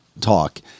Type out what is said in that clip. talk